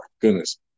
goodness